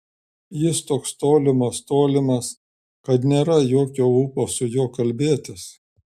jis toks tolimas tolimas kad nėra jokio ūpo su juo kalbėtis